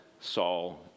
Saul